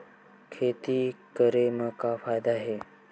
खेती करे म का फ़ायदा हे?